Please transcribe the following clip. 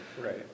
Right